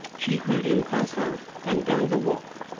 she heard him pass out and down the walk,